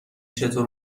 چطور